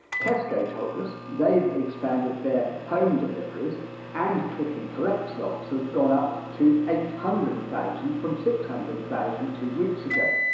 tesco told us they've expanded their home deliveries and click and collect slots have gone up to eight hundred thousand from six hundred thousand two weeks ago.